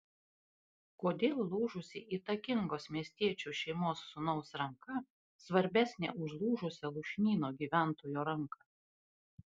kodėl lūžusi įtakingos miestiečių šeimos sūnaus ranka svarbesnė už lūžusią lūšnyno gyventojo ranką